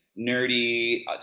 nerdy